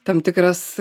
tam tikras